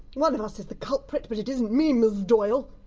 one of us is the culprit, but it isn't me, ms doyle!